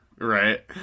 Right